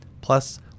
Plus